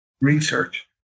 research